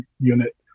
unit